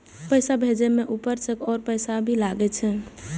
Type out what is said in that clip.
पैसा भेजे में ऊपर से और पैसा भी लगे छै?